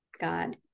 God